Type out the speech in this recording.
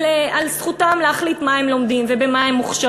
על זכותם להחליט מה הם לומדים ובמה הם מוכשרים,